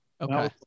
Okay